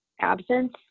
absence